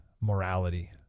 morality